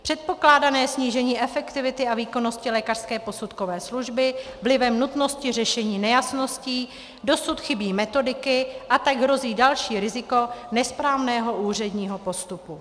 Předpokládané snížení efektivity a výkonnosti lékařské posudkové služby vlivem nutnosti řešení nejasností, dosud chybí metodiky, a tak hrozí další riziko nesprávného úředního postupu.